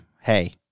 hey